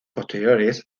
posteriores